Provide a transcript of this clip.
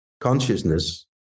consciousness